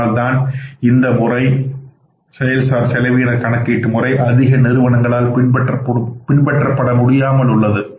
அதனால்தான் இந்த முறை அதிக நிறுவனங்களால் பின்பற்ற முடியாமல் உள்ளது